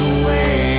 away